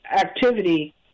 activity